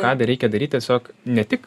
ką dar reikia daryt tiesiog ne tik